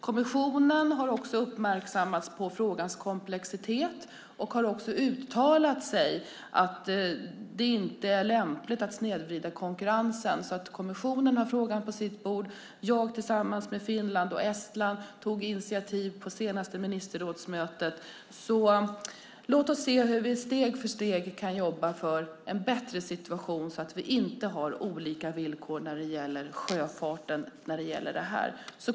Kommissionen har uppmärksammats på frågans komplexitet, och kommissionen har uttalat sig att det inte är lämpligt att snedvrida konkurrensen. Kommissionen har alltså frågan på sitt bord, och jag tillsammans med Finland och Estland tog initiativ på senaste ministerrådsmötet. Låt oss se hur vi steg för steg kan jobba för en bättre situation så att vi inte har olika villkor inom sjöfarten när det gäller det här.